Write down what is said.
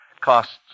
costs